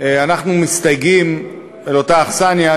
אנחנו מסתייגים מאותה אכסניה,